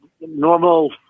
normal